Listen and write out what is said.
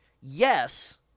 Yes